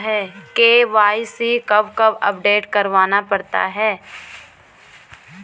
KYC कब कब update करवाना पड़ता है?